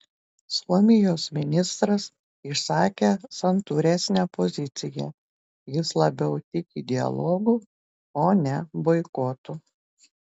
suomijos ministras išsakė santūresnę poziciją jis labiau tiki dialogu o ne boikotu